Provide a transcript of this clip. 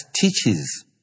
teaches